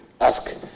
ask